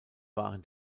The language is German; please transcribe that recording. waren